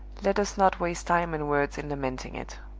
let us not waste time and words in lamenting it.